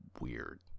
weird